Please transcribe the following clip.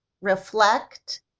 reflect